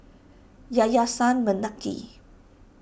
Yayasan Mendaki